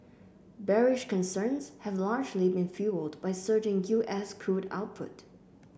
bearish concerns have largely been fuelled by surging U S crude output